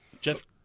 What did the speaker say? Jeff